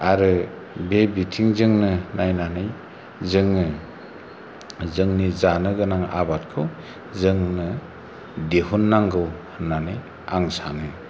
आरो बे बिथिंजोंनो नायनानै जोङो जोंनि जानो गोनां आबादखौ जोंनो दिहुननांगौ होननानै आं सानो